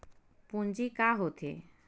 पूंजी का होथे?